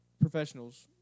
professionals